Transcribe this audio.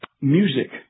Music